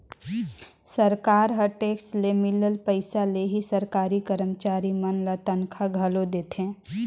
सरकार ह टेक्स ले मिलल पइसा ले ही सरकारी करमचारी मन ल तनखा घलो देथे